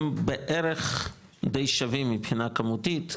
הם בערך דיי שווים מבחינה כמותית,